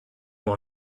will